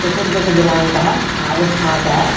चतुर्दशदिनाङ्कः आगष्ट् मासः